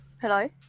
hello